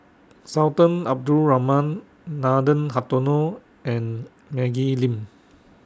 Sultan Abdul Rahman Nathan Hartono and Maggie Lim